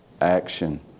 action